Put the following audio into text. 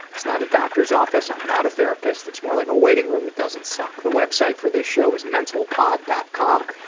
it's not a doctor's office, i'm not a therapist, it's more like a waiting room that doesn't suck. the website for this show is mentalpod. com,